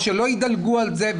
ושלא ידלגו על זה,